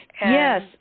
Yes